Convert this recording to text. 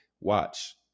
Watch